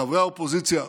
חברי האופוזיציה,